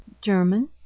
German